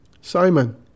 Simon